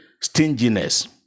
stinginess